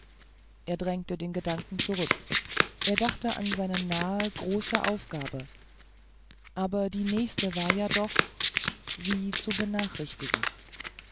er drängte den gedanken zurück er dachte an seine nahen großen aufgaben aber die nächste war ja doch sie zu benachrichtigen